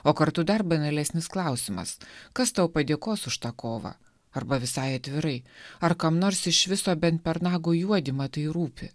o kartu dar banalesnis klausimas kas tau padėkos už tą kovą arba visai atvirai ar kam nors iš viso bent per nago juodymą tai rūpi